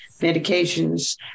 medications